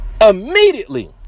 Immediately